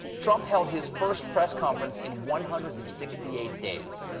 trump held his first press conference in one hundred and sixty eight days.